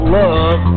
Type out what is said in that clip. love